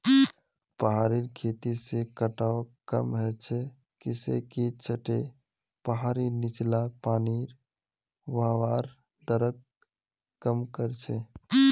पहाड़ी खेती से कटाव कम ह छ किसेकी छतें पहाड़ीर नीचला पानीर बहवार दरक कम कर छे